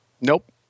Nope